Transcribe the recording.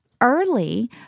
Early